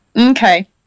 Okay